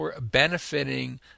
benefiting